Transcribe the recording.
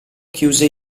chiuse